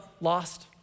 lost